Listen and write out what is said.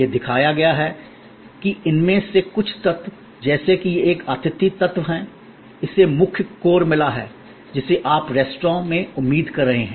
यह दिखाया गया है कि इनमें से कुछ तत्व जैसे कि यह एक आतिथ्य तत्व है इसे मुख्य कोर मिला है जिसे आप रेस्तरां में उम्मीद कर रहे हैं